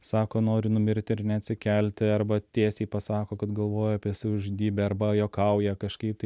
sako noriu numirti ir neatsikelti arba tiesiai pasako kad galvoja apie savižudybę arba juokauja kažkaip tai